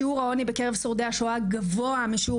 שיעור העוני בקרב שורדי השואה גבוה משיעור